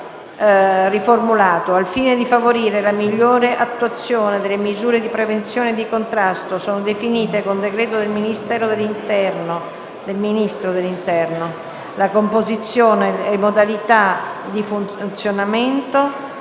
locali)* 1. Al fine di favorire la migliore attuazione delle misure di prevenzione e di contrasto sono definite con decreto del Ministero dell'interno la composizione e le modalità di funzionamento